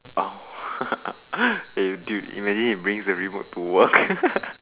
orh the you dude imagine he brings the remote to work